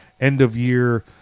end-of-year